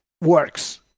works